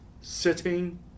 sitting